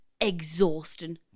exhausting